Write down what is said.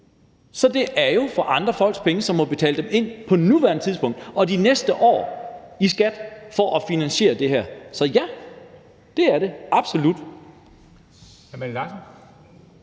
Så det er jo for andre folks penge, som må betale dem ind i skat på nuværende tidspunkt og de næste år for at finansiere det her. Så ja, det er det absolut.